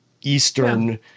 Eastern